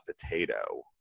potato